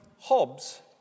Hobbes